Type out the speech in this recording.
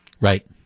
Right